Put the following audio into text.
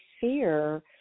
fear